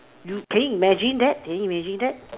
you can you imagine that can you imagine that